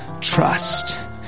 trust